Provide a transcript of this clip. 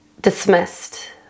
dismissed